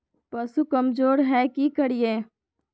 पशु कमज़ोर है कि करिये?